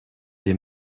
des